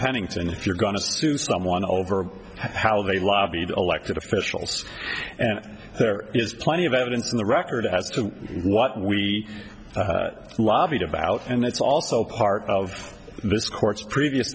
pennington if you're going to sue someone over how they lobbied elected officials and there is plenty of evidence in the record as to what we lobbied about and it's also part of this court's previous